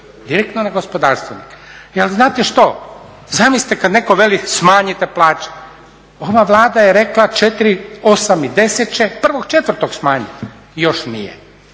utjecaja na gospodarstvenike. Je, ali znate što? Zamislite kad netko veli smanjite plaće. Ova Vlada je rekla 4, 8 i 10 će 1.4. smanjiti. Još nije.